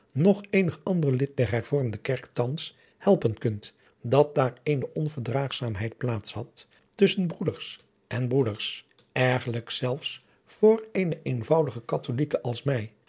noch eenig ander lid der hervormde kerk thans helpen kunt dat daar eene onverdraagzaamheid plaats had tusschen broeders en broeders ergerlijk zelfs voor eene eenvoudige katholijke als mij